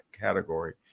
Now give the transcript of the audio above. category